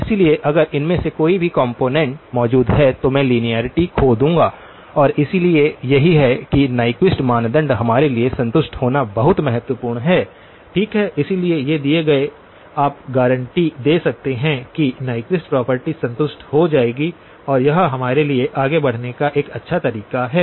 इसलिए अगर इनमें से कोई भी कॉम्पोनेन्ट मौजूद है तो मैं लिनारिटी खो दूंगा और इसलिए यही है कि न्यक्विस्ट मानदंड हमारे लिए संतुष्ट होना बहुत महत्वपूर्ण है ठीक है इसलिए ये दिए गए आप गारंटी दे सकते हैं कि न्यक्विस्ट प्रॉपर्टी संतुष्ट हो जाएगी और यह हमारे लिए आगे बढ़ने का एक अच्छा तरीका है